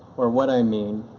or what i mean,